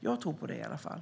Jag tror på det i alla fall.